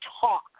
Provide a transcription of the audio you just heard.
talk